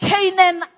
Canaan